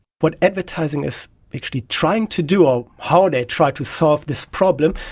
what advertising is actually trying to do or how they try to solve this problem,